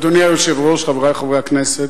אדוני היושב-ראש, חברי חברי הכנסת,